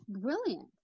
brilliant